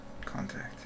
Contact